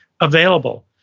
available